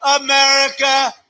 America